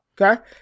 Okay